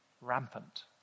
rampant